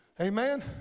Amen